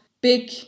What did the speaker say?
big